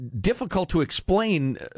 difficult-to-explain